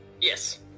Yes